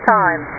time